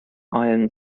iron